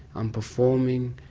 i'm performing,